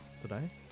today